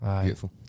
Beautiful